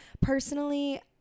Personally